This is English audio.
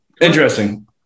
Interesting